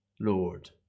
Lord